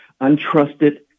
untrusted